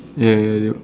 ya ya yep